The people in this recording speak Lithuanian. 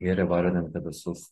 ir įvardinti visus